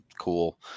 cool